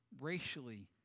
racially